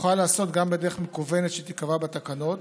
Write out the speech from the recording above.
יוכל להיעשות גם בדרך מקוונת שתיקבע בתקנות.